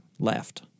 left